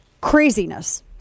craziness